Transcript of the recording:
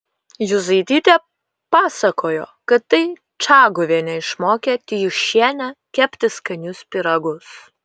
juzaitytė pasakojo kad tai čaguvienė išmokė tijūšienę kepti skanius pyragus